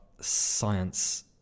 science